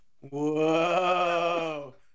Whoa